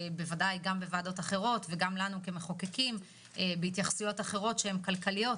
בוודאי גם בוועדות אחרות וגם לנו כמחוקקים בהתייחסויות כלכליות אחרות,